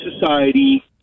society